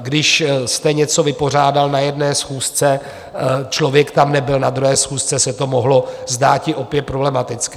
Když jste něco vypořádal na jedné schůzce, člověk tam nebyl, na druhé schůzce se to mohlo zdát opět problematické.